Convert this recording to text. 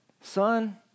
son